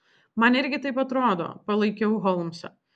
man irgi taip atrodo palaikiau holmsą